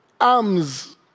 arms